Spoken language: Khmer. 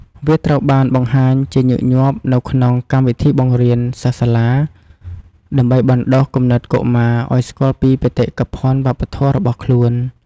វាត្រូវបានបង្ហាញជាញឹកញាប់នៅក្នុង កម្មវិធីបង្រៀនសិស្សនៅសាលា ដើម្បីបណ្ដុះគំនិតកុមារឲ្យស្គាល់ពីបេតិកភណ្ឌវប្បធម៌របស់ខ្លួន។